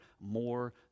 more